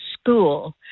school